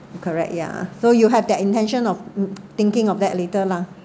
correct ya so you have their intention of thinking of that later lah